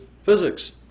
Physics